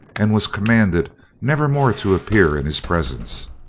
and was commanded never more to appear in his presence.